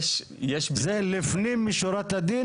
זה לפנים משורת הדין?